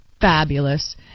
fabulous